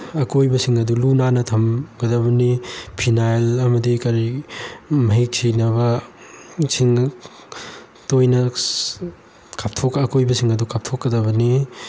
ꯑꯀꯣꯏꯕꯁꯤꯡ ꯑꯗꯨ ꯂꯨ ꯅꯥꯟꯅ ꯊꯝꯒꯗꯕꯅꯤ ꯐꯤꯅꯥꯏꯜ ꯑꯃꯗꯤ ꯀꯔꯤ ꯃꯍꯤꯛ ꯁꯤꯅꯕ ꯁꯤꯡꯒ ꯇꯣꯏꯅ ꯑꯀꯣꯏꯕꯁꯤꯡ ꯑꯗꯨ ꯀꯥꯞꯊꯣꯛꯀꯗꯕꯅꯤ